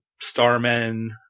starmen